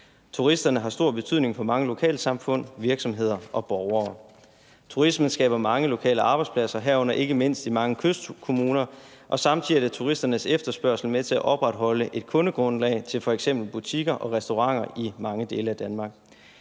Turisterne har stor betydning for mange lokalsamfund, virksomheder og borgere. Turismen skaber mange lokale arbejdspladser, herunder ikke mindst i mange kystkommuner, og samtidig er turisternes efterspørgsel med til at opretholde et kundegrundlag til f.eks. butikker og restauranter i mange dele af Danmark.